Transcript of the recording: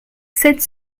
sept